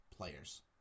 players